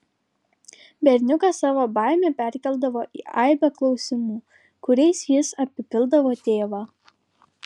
berniukas savo baimę perkeldavo į aibę klausimų kuriais jis apipildavo tėvą